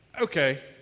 okay